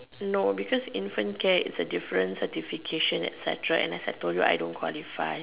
no because infant care is a different certification etcetera and as I told you I don't qualify